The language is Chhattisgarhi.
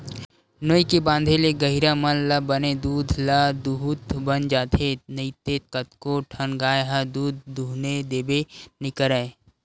नोई के बांधे ले गहिरा मन ल बने दूद ल दूहूत बन जाथे नइते कतको ठन गाय ह दूद दूहने देबे नइ करय